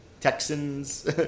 Texans